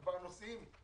כבר נוסעים?